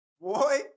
Boy